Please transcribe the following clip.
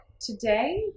today